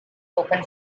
opened